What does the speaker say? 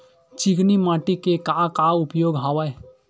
चिकनी माटी के का का उपयोग हवय?